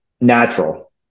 natural